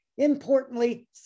Importantly